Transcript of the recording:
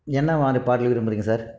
என்ன மாதிரி பாடல் விரும்புகிறீங்க சார்